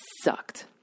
sucked